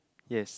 yes